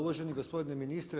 Uvaženi gospodine ministre.